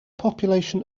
population